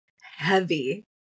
heavy